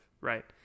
right